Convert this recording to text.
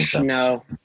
No